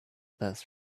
best